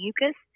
mucus